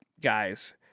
guys